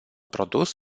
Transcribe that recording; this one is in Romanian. produs